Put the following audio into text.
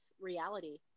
reality